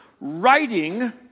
writing